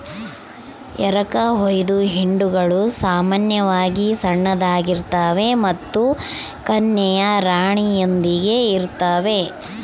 ಎರಕಹೊಯ್ದ ಹಿಂಡುಗಳು ಸಾಮಾನ್ಯವಾಗಿ ಸಣ್ಣದಾಗಿರ್ತವೆ ಮತ್ತು ಕನ್ಯೆಯ ರಾಣಿಯೊಂದಿಗೆ ಇರುತ್ತವೆ